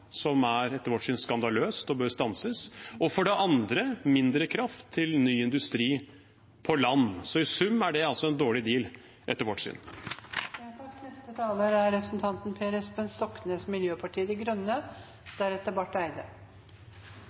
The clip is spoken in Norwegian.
som etter vårt syn er skandaløst og bør stanses, og mindre kraft til ny industri på land. I sum er det altså en dårlig deal, etter vårt